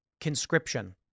conscription